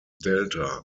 delta